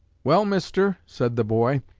well, mister said the boy,